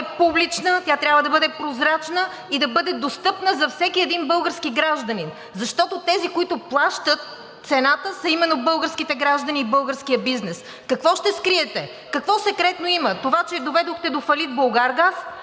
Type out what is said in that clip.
публична. Тя трябва да бъде прозрачна и да бъде достъпна за всеки един български гражданин. Защото тези, които плащат цената, са именно българските граждани и българският бизнес. Какво ще скриете?! Какво секретно има – това, че доведохте до фалит „Булгаргаз“,